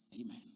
Amen